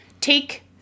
take